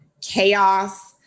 chaos